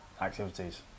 activities